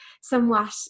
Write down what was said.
somewhat